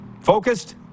focused